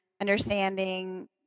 understanding